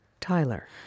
Tyler